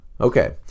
Okay